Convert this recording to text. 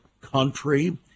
country